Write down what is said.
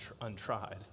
untried